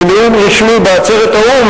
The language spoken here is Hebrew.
בנאום רשמי בעצרת האו"ם,